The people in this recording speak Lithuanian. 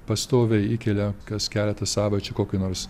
pastoviai įkelia kas keletą savaičių kokį nors